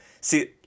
See